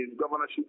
governorship